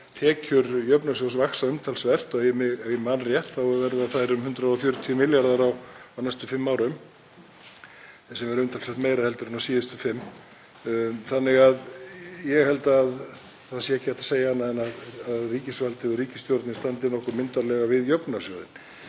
tekjur jöfnunarsjóðs vaxa umtalsvert. Ef ég man rétt þá verða þær um 140 milljarðar á næstu fimm árum, sem er umtalsvert meira en á síðustu fimm árum. Þannig að ég held að það sé ekki hægt að segja annað en að ríkisvaldið og ríkisstjórnin standi nokkuð myndarlega við jöfnunarsjóðinn.